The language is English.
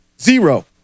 Zero